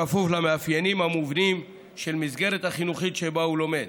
בכפוף למאפיינים המובנים של המסגרת החינוכית שבה הוא לומד.